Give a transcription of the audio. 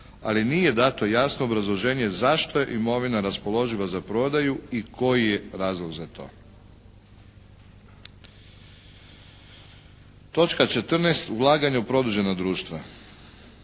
ali nije dato jasno obrazloženje zašto je imovina raspoloživa za prodaju i koji je razlog za to. Točka 14. ulaganje u produžena društva.